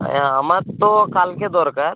হ্যাঁ আমার তো কালকে দরকার